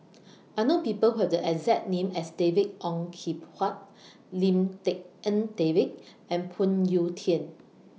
I know People Who Have The exact name as David Ong Kim Huat Lim Tik En David and Phoon Yew Tien